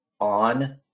on